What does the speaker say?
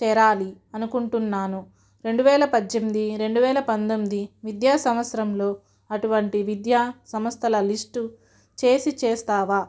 చేరాలి అనుకుంటున్నాను రెండు వేల పద్దెనిమిది రెండు వేల పంతొమ్మిది విద్యా సంవత్సరంలో అటువంటి విద్యా సంస్థల లిస్టు చేసి చేస్తావా